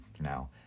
Now